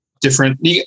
different